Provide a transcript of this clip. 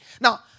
Now